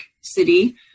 city